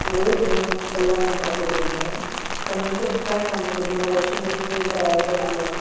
ॿोड़े छॾींदी आहियां पोइ कलाकु खनु खां पोइ धोईंदी आहियां त हुननि खे सुकाइण लाइ मां केॾीमहिल वाशिंग मशीन में ड्रायर कंदी आहियां